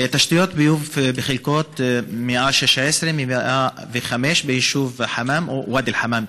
תשתיות ביוב בחלקות 116 ו-105 ביישוב ואדי אל-חמאם,